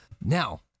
now